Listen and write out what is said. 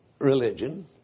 religion